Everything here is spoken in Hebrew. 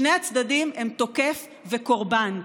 שני הצדדים הם תוקף וקורבן,